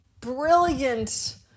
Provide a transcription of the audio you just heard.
brilliant